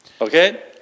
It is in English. okay